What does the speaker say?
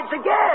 again